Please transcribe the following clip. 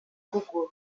cucut